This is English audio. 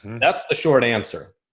that's the short answer.